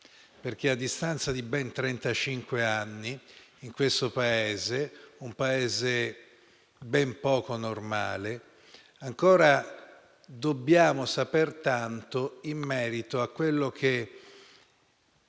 A distanza di ben trentacinque anni, in questo Paese, un Paese ben poco normale, ancora dobbiamo sapere tanto in merito a quello che